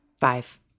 Five